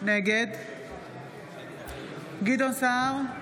נגד גדעון סער,